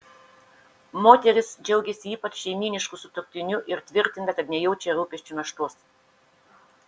moteris džiaugiasi ypač šeimynišku sutuoktiniu ir tvirtina kad nejaučia rūpesčių naštos